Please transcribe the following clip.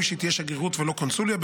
ראוי שזו תהיה שגרירות ולא קונסוליה.